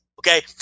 Okay